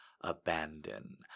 abandon